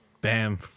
Bam